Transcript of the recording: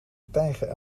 stijgen